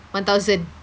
one thousand